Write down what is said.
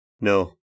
No